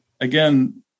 Again